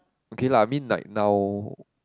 okay lah I mean like now